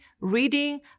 reading